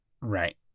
Right